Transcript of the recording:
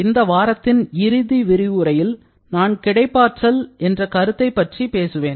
இந்த வாரத்தின் இறுதி விரிவுரையில் நான் கிடைப்பார்கள் என் கருத்தை பற்றி பேசுவேன்